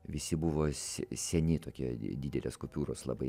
visi buvo se seni tokie didelės kupiūros labai